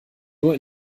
nur